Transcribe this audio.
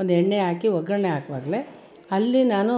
ಒಂದು ಎಣ್ಣೆ ಹಾಕಿ ಒಗ್ಗರಣೆ ಹಾಕುವಾಗ್ಲೆ ಅಲ್ಲಿ ನಾನು